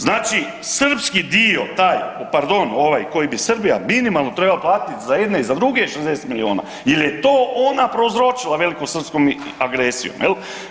Znači, srpski dio taj, pardon ovaj koji bi Srbija minimalno trebala platiti za jedne i za druge je 60 miliona jer je to ona prouzročila velikosrpskom agresijom jel.